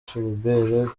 philbert